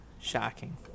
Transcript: Shocking